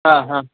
हां हां